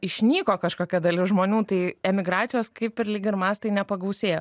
išnyko kažkokia dalis žmonių tai emigracijos kaip ir lyg ir mastai nepagausėjo